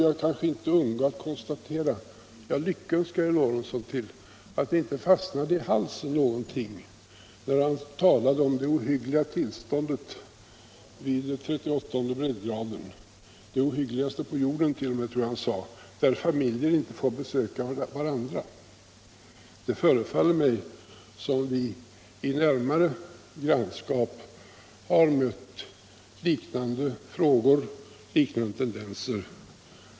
Jag lyckönskar emellertid herr Lorentzon till att det inte fastnade någonting i halsen på honom när han talade om det ohvggliga tillståndet vid 38:e breddgraden — det ohyggligaste på jorden, tror jag t.o.m. han sade — där familjer inte får besöka varandra över gränsen. Det förefaller mig som om vi har mött liknande tendenser i närmare grannskap.